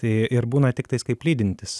tai ir būna tiktais kaip lydintis